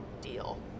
deal